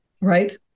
Right